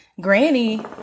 Granny